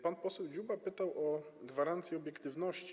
Pan poseł Dziuba zapytał o gwarancję obiektywności.